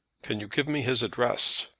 can you give me his address?